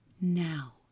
Now